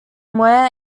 muir